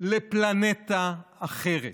לפלנטה אחרת.